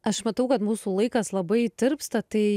aš matau kad mūsų laikas labai tirpsta tai